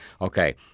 Okay